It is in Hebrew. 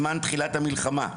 זמן תחילת המלחמה.